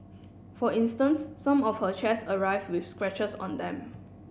for instance some of her chairs arrived with scratches on them